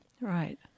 Right